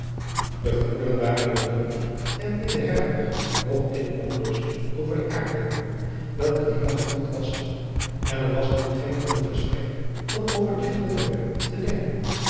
de gemoederen waren in het dorp en in de herberg nog in onrust over de aardbeving welke dien dag gevoeld was en er was aan geen ander gesprek dan over dit onderwerp te denken